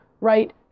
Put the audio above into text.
right